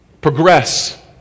Progress